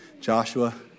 Joshua